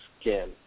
skin